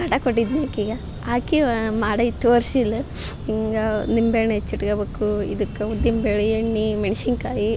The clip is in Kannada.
ಕಾಟ ಕೋಟಿದ್ನಿ ಆಕಿಗ ಆಕಿ ಮಾಡೈ ತೋರ್ಸಿದ್ಲು ಹೀಗ ನಿಂಬೆ ಹಣ್ಣು ಹೆಚ್ಚಿ ಇಟ್ಕೊಳ್ಬೇಕು ಇದಕ್ಕೆ ಉದ್ದಿನ ಬೇಳೆ ಎಣ್ಣಿ ಮೆಣ್ಸಿನಕಾಯಿ